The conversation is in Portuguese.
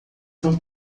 tão